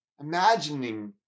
imagining